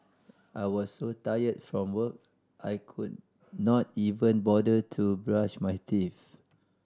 I was so tired from work I could not even bother to brush my teeth